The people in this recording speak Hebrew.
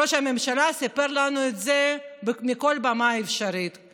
ראש הממשלה סיפר לנו את זה מכל במה אפשרית,